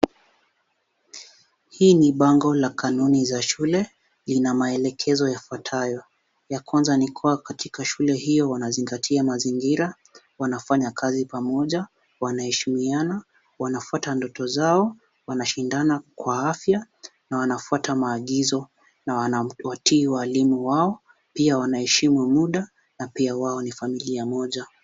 Hii ni bango la kanuni za shule, ina maelekezo yafuatayo. Ya kwanza ni kuwa, katika shule hiyo wanazingatia mazingira, wanafanya kazi pamoja, wanaheshimiana, wanafuata ndoto zao, wanashindana kwa afya na wanafuata maagizo na wanatii walimu wao, pia wanaheshimu muda na pia wao ni familia moja.